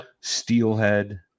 steelhead